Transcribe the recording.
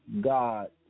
God